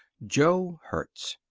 jo hertz,